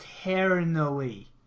eternally